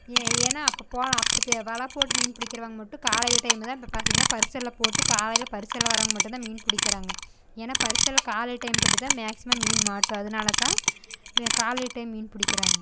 ஏ ஏன்னா அப்போ போகலாம் அப்டித்த வலை போட்டு மீன் பிடிக்கிறவங்க மட்டும் காலையில் டைமில் இப்போ பார்த்திங்கன்னா பரிசலில் போட்டு காலையில் பரிசலில் வரவங்க மட்டுந்தான் மீன் பிடிக்கிறாங்க ஏன்னா பரிசல் காலையில் டைம் மட்டும் தான் மேக்ஸிமம் மீன் மாட்டும் அதனால் தான் மீ காலையில் டைம் மீன் பிடிக்கிறாங்க